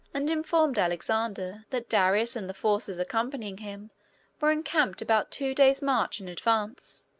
and informed alexander that darius and the forces accompanying him were encamped about two days' march in advance,